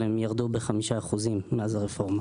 אבל הם ירדו ב-5% מאז הרפורמה.